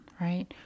right